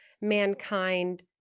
mankind